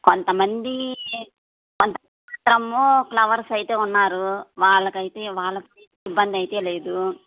కొంతమంది కొంత మొత్తం క్లవర్స్ అయితే ఉన్నారు వాళ్లకు అయితే వాళ్ళకి ఇబ్బంది అయితే లేదు